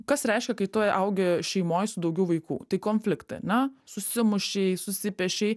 kas reiškia kai tu augi šeimoj su daugiau vaikų tai konfliktai ane susimušei susipešei